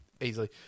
Easily